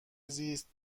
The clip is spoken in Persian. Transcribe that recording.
زیست